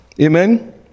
amen